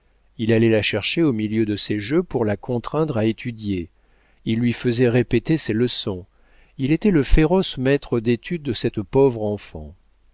il allait la chercher au milieu de ses jeux pour la contraindre à étudier il lui faisait répéter ses leçons il était le féroce maître d'étude de cette pauvre enfant